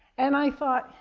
and i thought,